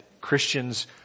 Christians